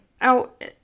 Out